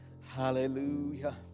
Hallelujah